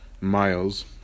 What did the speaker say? miles